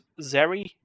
Zeri